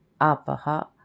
Apaha